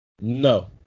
No